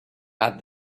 add